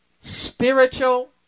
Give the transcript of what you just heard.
spiritual